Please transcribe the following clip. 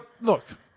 look